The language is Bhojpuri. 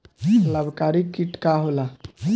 लाभकारी कीट का होला?